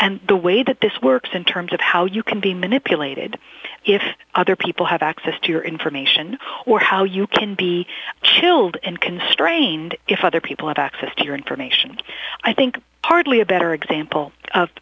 and the way that this works in terms of how you can be manipulated if other people have access to your information or how you can be chilled and constrained if other people have access to your information i think hardly a better example of